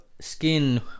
skin